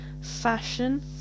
fashion